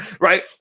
Right